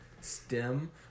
stem